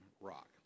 rock